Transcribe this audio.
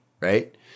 right